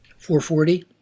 440